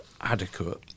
adequate